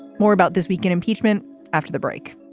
more about this week in impeachment after the break